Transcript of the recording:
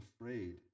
afraid